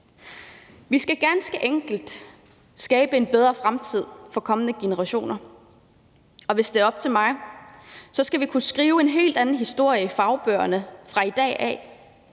Vi skal ganske enkelt skabe en bedre fremtid for kommende generationer, og hvis det er op til mig, skal vi kunne skrive en helt anden historie i fagbøgerne fra i dag af.